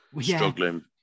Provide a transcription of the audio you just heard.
Struggling